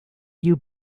you